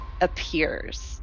appears